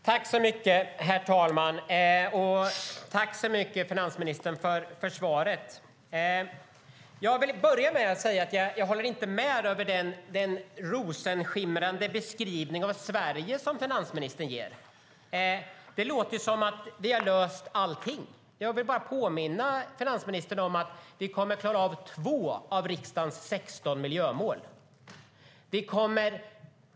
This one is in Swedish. Herr talman! Jag tackar finansministern så mycket för svaret. Jag vill börja med att säga att jag inte håller med om den rosenskimrande beskrivning av Sverige som finansministern ger. Det låter som om vi har löst allting. Jag vill bara påminna finansministern om att vi kommer att klara 2 av riksdagens 16 miljömål.